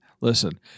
Listen